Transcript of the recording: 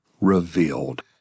revealed